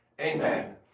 amen